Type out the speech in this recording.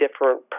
different